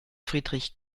friedrich